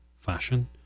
fashion